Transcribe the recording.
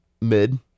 mid